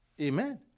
Amen